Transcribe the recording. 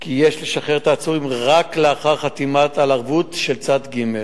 כי יש לשחרר את העצורים רק לאחר חתימה על ערבות של צד ג'.